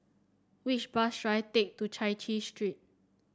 which bus should I take to Chai Chee Street